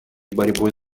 борьбой